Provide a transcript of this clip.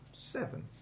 Seven